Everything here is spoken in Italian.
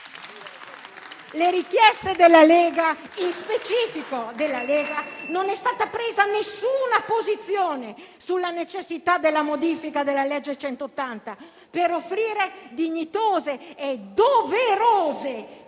alle richieste della Lega nello specifico non è stata presa alcuna posizione sulla necessità della modifica della legge n. 180 per offrire dignitose e doverose